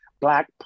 black